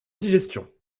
digestion